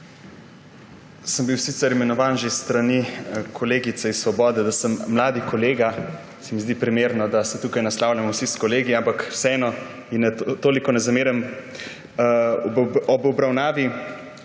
sem bil imenovan že s strani kolegice iz Svobode, da sem mladi kolega. Zdi se mi primerno, da se tukaj vsi naslavljamo s kolegi, ampak vseeno ji toliko ne zamerim. Ob obravnavi